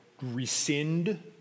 rescind